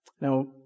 Now